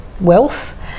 wealth